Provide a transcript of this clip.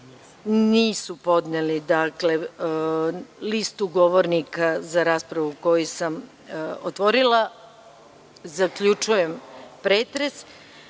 nije podneta lista govornika za raspravu koju sam otvorila. Zaključujem pretres. Kao